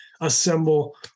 assemble